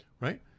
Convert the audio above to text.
Right